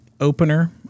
opener